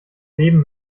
leben